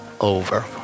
over